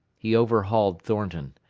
he overhauled thornton.